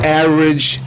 average